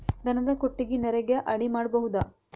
ದನದ ಕೊಟ್ಟಿಗಿ ನರೆಗಾ ಅಡಿ ಮಾಡಬಹುದಾ?